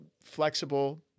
flexible